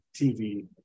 tv